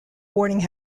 boarding